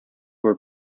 were